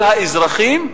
של האזרחים,